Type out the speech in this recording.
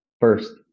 first